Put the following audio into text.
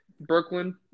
Brooklyn